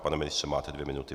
Pane ministře, máte dvě minuty.